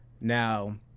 now